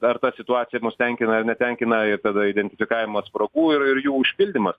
ar ta situacija mus tenkina ar netenkina ir tada identifikavimas spragų ir ir jų užpildymas